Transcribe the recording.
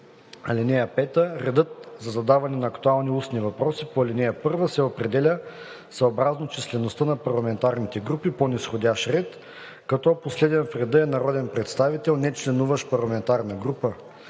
му. (5) Редът за задаване на актуални устни въпроси по ал. 1 се определя съобразно числеността на парламентарните групи по низходящ ред, като последен в реда е народен представител, нечленуващ в парламентарна група.